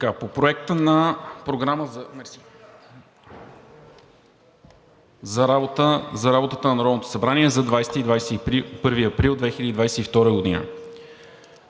По Проекта на програма за работата на Народното събрание за 20 и 21 април 2022 г.: „1.